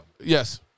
yes